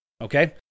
okay